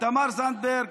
תמר זנדברג,